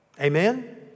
Amen